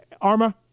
Arma